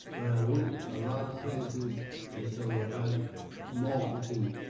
but i went a lot of places, and so i'm multitude.